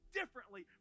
differently